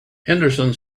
henderson